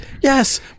Yes